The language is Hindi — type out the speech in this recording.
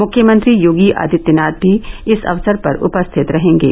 मुख्यमंत्री योगी आदित्यनाथ भी इस अवसर पर उपस्थित रहेंगे